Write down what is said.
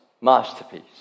masterpiece